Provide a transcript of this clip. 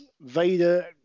Vader